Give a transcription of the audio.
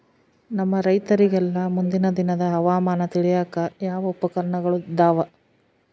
ನಮ್ಮ ರೈತರಿಗೆಲ್ಲಾ ಮುಂದಿನ ದಿನದ ಹವಾಮಾನ ತಿಳಿಯಾಕ ಯಾವ ಉಪಕರಣಗಳು ಇದಾವ?